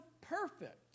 perfect